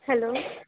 hello